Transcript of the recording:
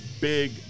big